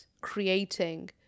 creating